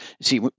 See